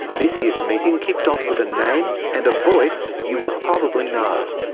this year's meeting kicked off with a name and a voice you will probably know.